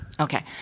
okay